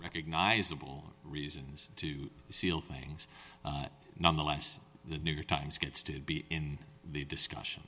recognizable reasons to seal things nonetheless the new york times gets to be in the discussion